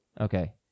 Okay